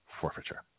Forfeiture